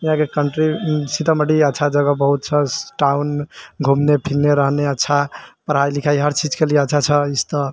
यहाँके कन्ट्री सीतामढ़ी अच्छा जगह बहुत छऽ टाउन घुमने फिरने रहने अच्छा बहुत पढ़ाइ लिखाइ हर चीजके लिए बहुत अच्छा छऽ स्तर